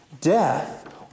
Death